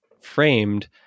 framed